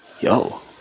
yo